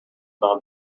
non